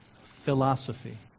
philosophy